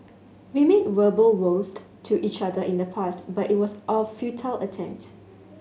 we made verbal vows to each other in the past but it was a futile attempt